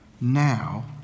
now